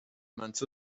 mans